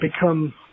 become